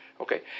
Okay